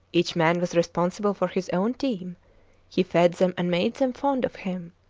each man was responsible for his own team he fed them and made them fond of him.